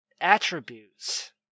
attributes